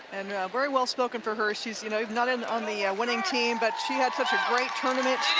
and very well spoken for her. she's you know not and on the yeah winning team but she had such a great tournament,